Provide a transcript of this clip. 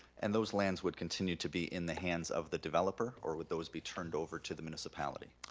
and those lands would continue to be in the hands of the developer? or would those be turned over to the municipality?